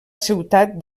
ciutat